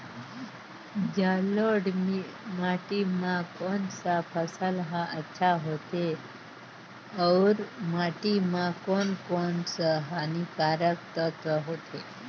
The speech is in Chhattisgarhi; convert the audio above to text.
जलोढ़ माटी मां कोन सा फसल ह अच्छा होथे अउर माटी म कोन कोन स हानिकारक तत्व होथे?